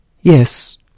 Yes